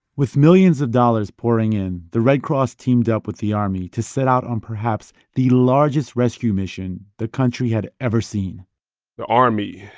with millions of dollars pouring in, the red cross teamed up with the army to set out on perhaps the largest rescue mission the country had ever seen the army,